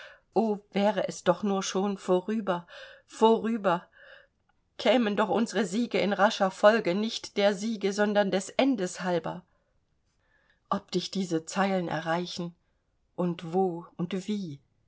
wäre es doch nur schon vorüber vorüber kämen doch unsere siege in rascher folge nicht der siege sondern des endes halber ob dich diese zeilen erreichen und wo und wie